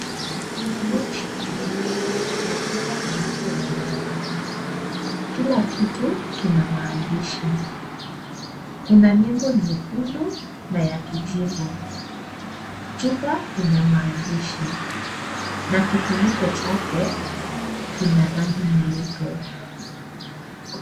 Kuna boxi jeupe na chupa nyeupe ya dawa. Kila kitu kina maandishi. Kuna nembo nyekundu na ya kijivu. Chupa ina maandishi na kifuniko chake kina rangi nyeupe.